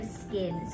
skin